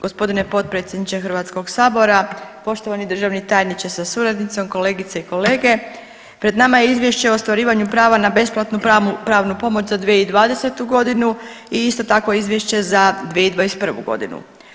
Gospodine potpredsjedniče Hrvatskog sabora, poštovani državni tajniče sa suradnicom, kolegice i kolege, pred nama je Izvješće o ostvarivanju prava na besplatnu pravnu pomoć za 2020. godinu i isto tako izvješće za 2021. godinu.